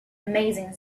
amazing